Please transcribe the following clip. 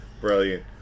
Brilliant